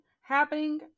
happening